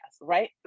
right